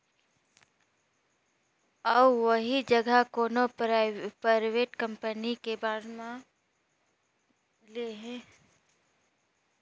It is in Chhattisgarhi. अउ ओही जघा कोनो परइवेट कंपनी के बांड लेहे में ढेरे जोखिम बने रथे